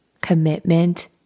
commitment